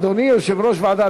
אדוני יושב-ראש הוועדה,